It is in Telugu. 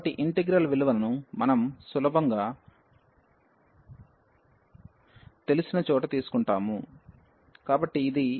కాబట్టి ఇంటిగ్రల్ విలువను మనకు సులువుగా తెలిసిన చోట తీసుకుంటాము కాబట్టి ఇది 0tan 0 dx0